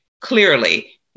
clearly